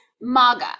MAGA